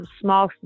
small